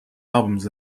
albums